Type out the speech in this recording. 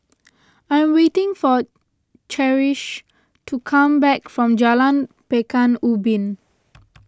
I am waiting for Cherish to come back from Jalan Pekan Ubin